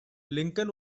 lincoln